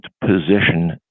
position